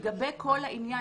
לגבי כל העניין,